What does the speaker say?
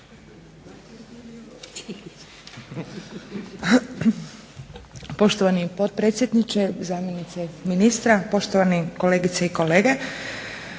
Poštovani potpredsjedniče, zamjenice ministra, poštovane kolegice i kolege.